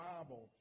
Bible